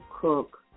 cook